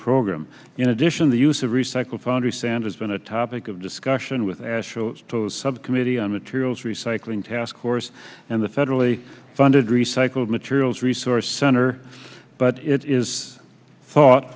program in addition the use of recycle foundry sand has been a topic of discussion with astro subcommittee on materials recycling taskforce and the federally funded recycled materials resource center but it is thought